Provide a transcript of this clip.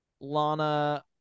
Lana